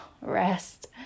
Rest